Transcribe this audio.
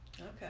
okay